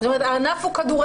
זאת אומרת הענף הוא כדורגל,